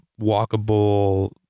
walkable